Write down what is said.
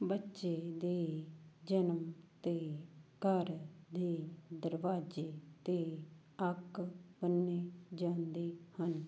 ਬੱਚੇ ਦੇ ਜਨਮ 'ਤੇ ਘਰ ਦੇ ਦਰਵਾਜ਼ੇ 'ਤੇ ਅੱਕ ਬੰਨ੍ਹੀ ਜਾਂਦੀ ਹਨ